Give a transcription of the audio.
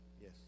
Yes